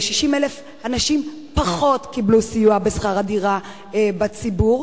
60,000 אנשים פחות קיבלו סיוע בשכר הדירה בדיור.